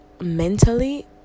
mentally